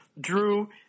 Drew